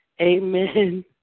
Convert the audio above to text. Amen